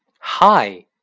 Hi